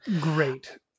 Great